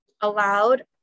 allowed